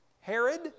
Herod